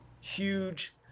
huge